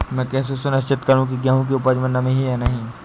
मैं कैसे सुनिश्चित करूँ की गेहूँ की उपज में नमी है या नहीं?